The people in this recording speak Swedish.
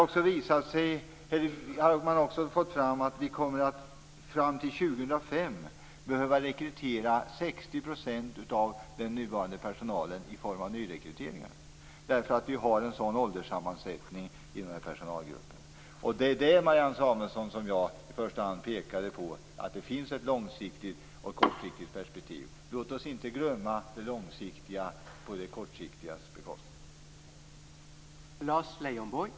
Man har också fått fram att vi till år 2005 kommer att behöva rekrytera 60 % av den nuvarande personalen i form av nyrekryteringar, därför att det är en sådan ålderssammansättning i den här personalgruppen. Det var det som jag i första hand pekade på, Marianne Samuelsson, dvs. att det finns ett långsiktigt och ett kortsiktigt perspektiv. Låt oss inte glömma det långsiktiga på det kortsiktigas bekostnad.